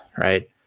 right